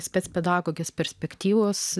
spce pedagogės perspektyvos